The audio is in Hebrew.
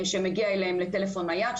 שמגיע אליהם לטלפון נייד,